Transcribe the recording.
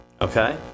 Okay